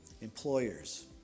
employers